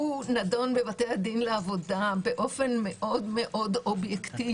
זה נדון בבתי הדין לעבודה באופן מאוד אובייקטיבי.